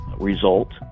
result